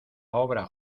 obra